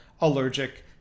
allergic